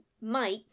Mike